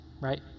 right